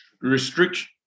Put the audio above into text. Restriction